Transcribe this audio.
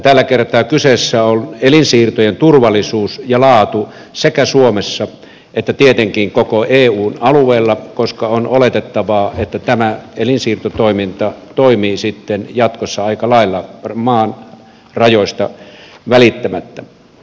tällä kertaa kyseessä on elinsiirtojen turvallisuus ja laatu sekä suomessa että tietenkin koko eun alueella koska on oletettavaa että tämä elinsiirtotoiminta toimii sitten jatkossa aika lailla maan rajoista välittämättä